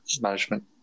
management